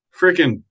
freaking